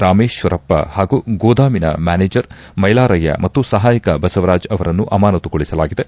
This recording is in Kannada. ರಾಮೇಶ್ವರಪ್ಪ ಹಾಗೂ ಗೋದಾಮಿನ ಮ್ಯಾನೇಜರ್ ಮೈಲಾರಯ್ಯ ಮತ್ತು ಸಹಾಯಕ ಬಸವರಾಜ್ ಅವರನ್ನು ಅಮಾನತುಗೊಳಸಲಾಗಿದೆ